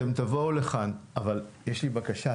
אתם תבוא לכאן אבל יש לי בקשה,